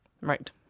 Right